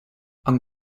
i’m